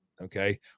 Okay